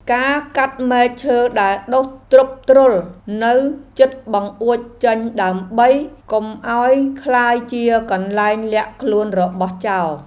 ការកាត់មែកឈើដែលដុះទ្រុបទ្រុលនៅជិតបង្អួចចេញដើម្បីកុំឱ្យក្លាយជាកន្លែងលាក់ខ្លួនរបស់ចោរ។